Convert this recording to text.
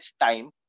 time